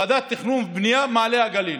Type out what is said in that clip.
ועדת תכנון ובנייה מעלה הגליל,